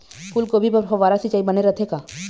फूलगोभी बर फव्वारा सिचाई बने रथे का?